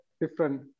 different